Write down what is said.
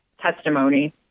testimony